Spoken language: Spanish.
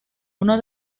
uno